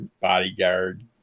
bodyguard